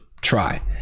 try